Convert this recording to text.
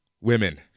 Women